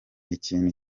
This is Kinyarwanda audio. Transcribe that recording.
ikintu